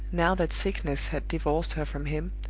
now that sickness had divorced her from him,